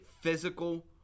physical